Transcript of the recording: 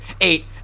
Eight